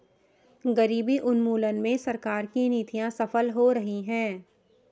गरीबी उन्मूलन में सरकार की नीतियां सफल हो रही हैं